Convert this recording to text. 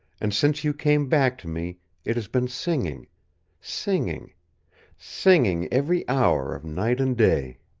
and since you came back to me it has been singing singing singing every hour of night and day.